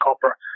copper